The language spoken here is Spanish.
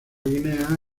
guinea